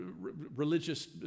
religious